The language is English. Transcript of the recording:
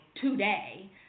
today